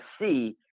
see